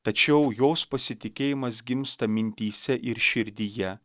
tačiau jos pasitikėjimas gimsta mintyse ir širdyje